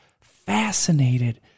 fascinated